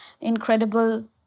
Incredible